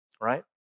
Right